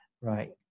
right